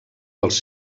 dels